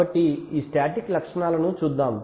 కాబట్టి ఈ స్టాటిక్ లక్షణాలను చూద్దాం